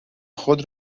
خود